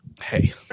hey